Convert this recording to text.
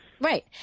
Right